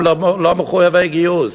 הם לא מחויבי גיוס,